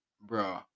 bro